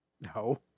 No